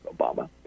obama